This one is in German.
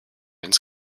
ins